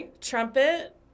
trumpet